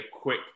quick